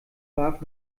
warf